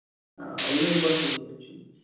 آ ؤنِو کۄس ہِش بُک چھِ یہِ